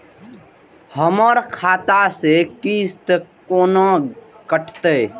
हमर खाता से किस्त कोना कटतै?